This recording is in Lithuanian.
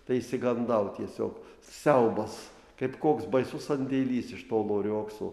tai išsigandau tiesiog siaubas kaip koks baisus sandėlys iš tolo riogso